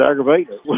aggravating